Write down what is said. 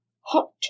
hot